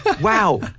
wow